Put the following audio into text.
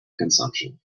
consumption